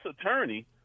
attorney